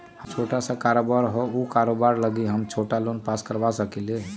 हमर छोटा सा कारोबार है उ कारोबार लागी हम छोटा लोन पास करवा सकली ह?